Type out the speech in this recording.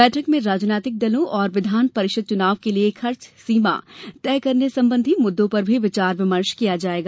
बैठक में राजनैतिक दलों और विधान परिषद चुनाव के लिये खर्च सीमा तय करने संबंधी मुद्दों पर भी विचार विमर्श किया जाएगा